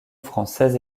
française